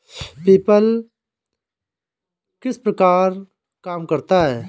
PayPal किस प्रकार काम करता है?